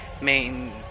main